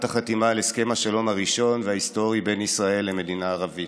החתימה על הסכם השלום הראשון וההיסטורי בין ישראל למדינה ערבית.